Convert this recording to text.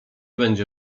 będzie